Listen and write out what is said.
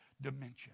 dimension